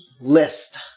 list